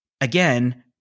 again